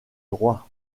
droit